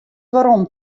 werom